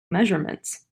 measurements